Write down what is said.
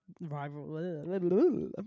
Rival